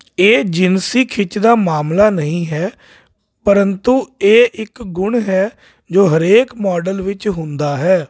ਇਹ ਜਿਨਸੀ ਖਿੱਚ ਦਾ ਮਾਮਲਾ ਨਹੀਂ ਹੈ ਪਰੰਤੂ ਇਹ ਇੱਕ ਗੁਣ ਹੈ ਜੋ ਹਰੇਕ ਮਾਡਲ ਵਿੱਚ ਹੁੰਦਾ ਹੈ